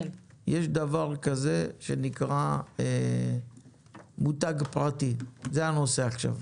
יש דבר כזה שנקרא מותג פרטי, זה הנושא עכשיו.